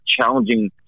Challenging